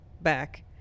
back